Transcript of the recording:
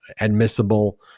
admissible